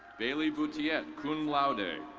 bailey boutiette, cum laude.